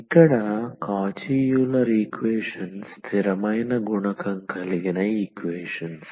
ఇక్కడ Cauchy Euler equations స్థిరమైన గుణకం కలిగిన ఈక్వేషన్స్